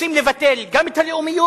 רוצים לבטל גם את הלאומיות,